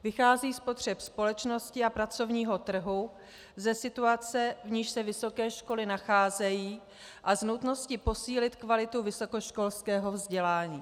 Vychází z potřeb společnosti a pracovního trhu, ze situace, v níž se vysoké školy nacházejí, a z nutnosti posílit kvalitu vysokoškolského vzdělání.